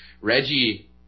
Reggie